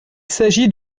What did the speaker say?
s’agit